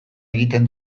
egiten